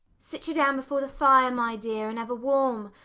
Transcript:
sit ye down before the fire, my dear, and have a warm,